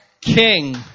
King